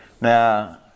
Now